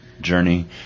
Journey